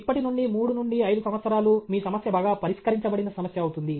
ఇప్పటి నుండి 3 నుండి 5 సంవత్సరాలు మీ సమస్య బాగా పరిష్కరించబడిన సమస్య అవుతుంది